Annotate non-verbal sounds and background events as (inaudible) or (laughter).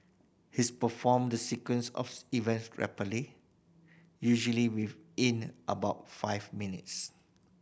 his performed the sequence of (unintelligible) events rapidly usually within about five minutes